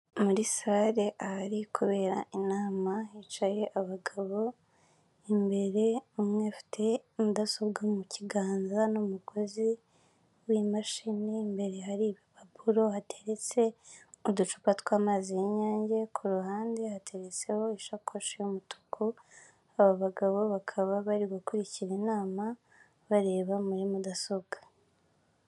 Muri sare ahari kubera inama hicaye abagabo imbere umwe ufite mudasobwa mu kiganza n'umugozi w'imashini imbere hari ibipapuro hateretse uducupa tw'amazi y'inyange kuruhande hateretseho ishakoshi y'umutuku. Aba bagabo bakaba bari gukurikira inama bareba muri mudasobwa.